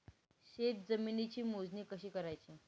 शेत जमिनीची मोजणी कशी करायची?